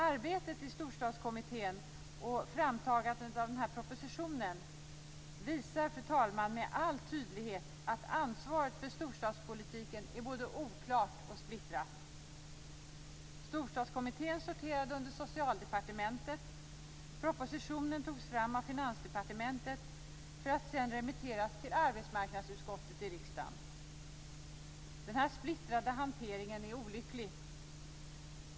Arbetet i Storstadskommittén och framtagandet av den här propositionen visar, fru talman, med all tydlighet att ansvaret för storstadspolitiken är både oklart och splittrat. Storstadskommittén sorterade under Finansdepartementet för att sedan remitteras till arbetsmarknadsutskottet i riksdagen. Den här splittrade hanteringen är olycklig.